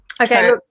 Okay